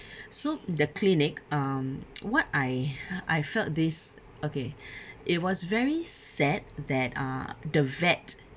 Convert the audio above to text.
so the clinic um what I I felt this okay it was very sad that uh the vet